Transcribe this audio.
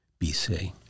BC